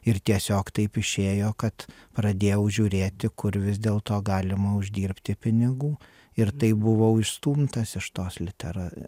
ir tiesiog taip išėjo kad pradėjau žiūrėti kur vis dėl to galima uždirbti pinigų ir taip buvau išstumtas iš tos litera